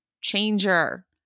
changer